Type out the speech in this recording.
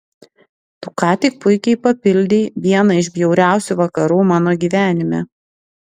tu ką tik puikiai papildei vieną iš bjauriausių vakarų mano gyvenime